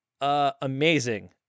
amazing